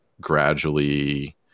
gradually